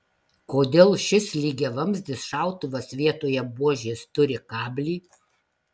kodėl šis lygiavamzdis šautuvas vietoje buožės turi kablį